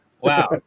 Wow